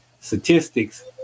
statistics